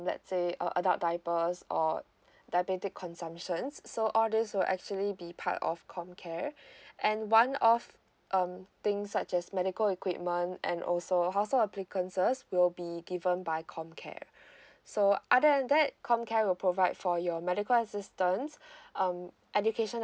let's say a adult diapers or diabetic consumptions so all these will actually be part of comcare and one off um things such as medical equipment and also household appliances will be given by comcare so other than that comecare will provide for your medical assistance um education